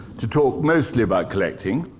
to talk mostly about collecting.